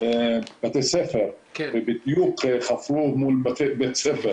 פתיחת בתי ספר ובדיוק חפרו מול בית ספר,